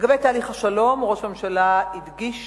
לגבי תהליך השלום, ראש הממשלה הדגיש